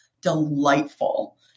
delightful